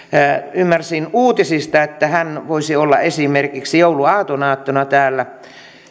ymmärsin uutisista että hän voisi olla esimerkiksi jouluaaton aattona täällä